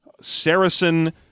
Saracen